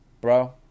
bro